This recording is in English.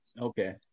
Okay